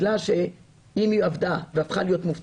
אם היא עבדה בגלל שאם היא עבדה והפכה להיות מובטלת,